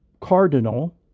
Cardinal